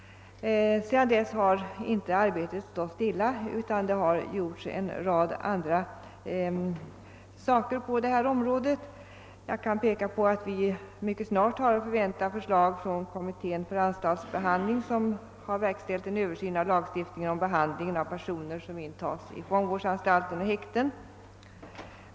Sedan dess har emellertid inte utvecklingen stått stilla, utan det har genomförts en rad andra reformer på detta område. Jag kan dessutom peka på att vi mycket snart har att förvänta förslag från kommittén för anstaltsbehandling som har verkställt en översyn av lagstiftningen om behandling av personer som intas i fångvårdsanstalter och häkten.